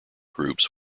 groups